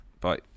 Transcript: bye